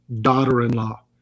daughter-in-law